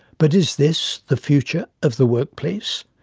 but is this the future of the work place?